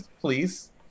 please